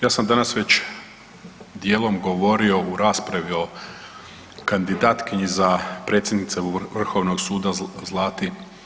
Ja sam danas već dijelom govorio u raspravi o kandidatkinji za predsjednicu Vrhovnog suda Zlati.